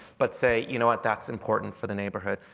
but say, you know what, that's important for the neighborhood.